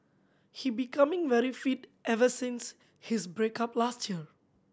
he becoming very fit ever since his break up last year